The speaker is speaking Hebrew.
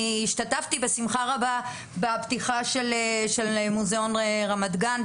אני השתתפתי בשמחה רבה בפתיחה של מוזיאון רמת גן,